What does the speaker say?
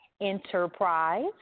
enterprise